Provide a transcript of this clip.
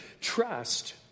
Trust